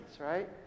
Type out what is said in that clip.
right